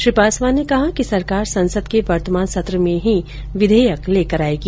श्री पासवान ने कहा कि सरकार संसद के वर्तमान सत्र में ही विधेयक लेकर लाएगी